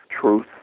truth